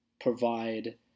provide